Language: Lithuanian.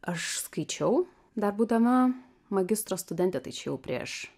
aš skaičiau dar būdama magistro studentė tai čia jau prieš